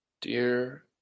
Dear